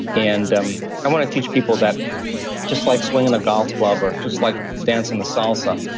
and um i want to teach people that just like swinging a golf club or just like dancing the salsa.